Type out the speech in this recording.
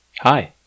Hi